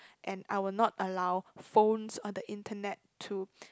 and I will not allow phones or the internet to